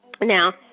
Now